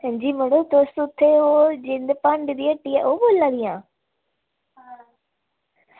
अंजी मड़ो तुस उत्थें ओह् जिंदी भांडें दी हट्टी ऐ ओह् बोल्ला दियां